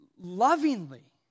lovingly